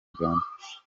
uganda